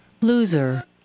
Loser